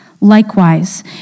Likewise